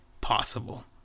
possible